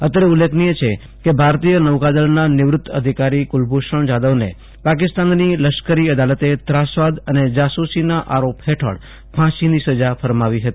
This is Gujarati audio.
અત્રે ઉલ્લેખનીય છે કે ભારતીય નૌકાદળના નિવૃત અધિકારી કુલભુષણ જાદવને પાકિસ્તાનની લશ્કરી અદાલતે ત્રાસવાદ અને જાસુસીના આરોપ ફેઠળ ફાંસીની સજા ફરમાવી હતી